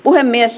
puhemies